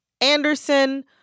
Anderson